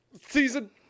season